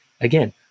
Again